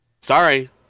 sorry